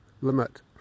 limit